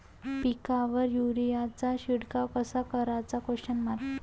पिकावर युरीया चा शिडकाव कसा कराचा?